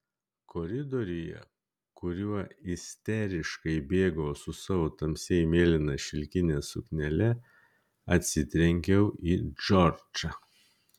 koridoriuje kuriuo isteriškai bėgau su savo tamsiai mėlyna šilkine suknele atsitrenkiau į džordžą